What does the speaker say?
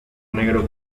negro